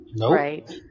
right